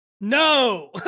No